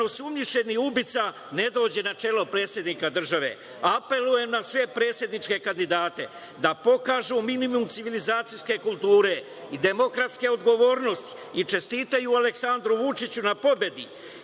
osumnjičeni ubica, ne dođe na čelo predsednika države. Apelujem na sve predsedničke kandidate da pokažu minimum civilizacijske kulture i demokratske odgovornosti i čestitaju Aleksandru Vučiću na pobedi,